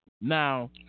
Now